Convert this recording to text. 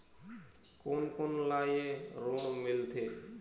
कोन कोन ला ये ऋण मिलथे?